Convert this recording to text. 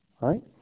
Right